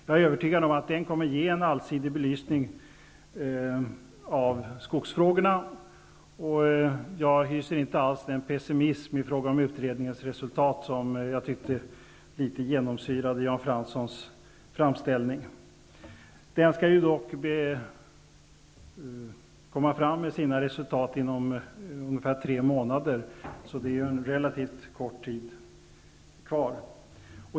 Jag är övertygad om att den kommer att ge en allsidig belysning av skogsfrågorna, och jag hyser inte alls den pessimism i fråga om utredningens resultat som jag tyckte litet genomsyrade Jan Franssons framställning. Utredningen skall presentera sina resultat inom ungefär tre månader, så det är ju en relativt kort tid kvar.